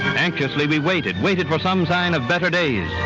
anxiously, we waited, waited for some sign of better days.